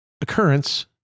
occurrence